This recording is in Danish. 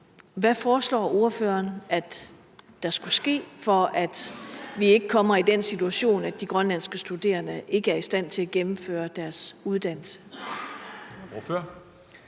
Hvad foreslår ordføreren der skal ske, for at vi ikke kommer i den situation, at de grønlandske studerende ikke er i stand til at gennemføre deres uddannelse?